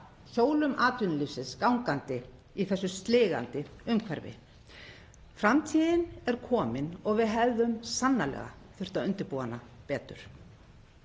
hjólum atvinnulífsins gangandi í þessu sligandi umhverfi. Framtíðin er komin og við hefðum sannarlega þurft að undirbúa hana betur.